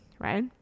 right